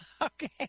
Okay